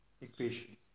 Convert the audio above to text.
equation